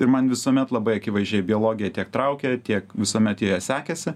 ir man visuomet labai akivaizdžiai biologija tiek traukė tiek visuomet joje sekėsi